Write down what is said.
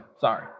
sorry